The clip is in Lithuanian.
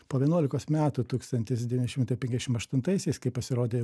po vienuolikos metų tūkstantis devyni šimtai penkiašim aštuntaisiais kai pasirodė